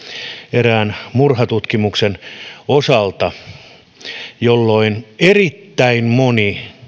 erään murhatutkimuksen osalta että silloin erittäin moni